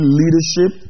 leadership